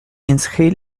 inscrit